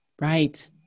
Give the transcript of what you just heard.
Right